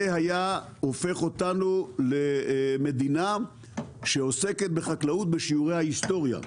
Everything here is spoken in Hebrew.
זה היה הופך אותנו למדינה שעוסקת בחקלאות בשיעורי ההיסטוריה.